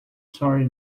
sorry